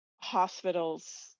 hospitals